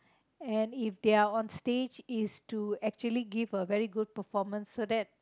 and if they're on stage is to actually give a very good performance so that